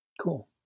cool